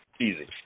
Easy